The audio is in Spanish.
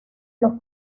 los